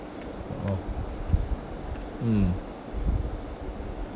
oh mm